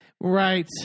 Right